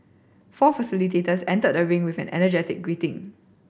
four facilitators enter the ring with an energetic greeting